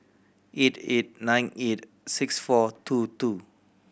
eight eight nine eight six four two two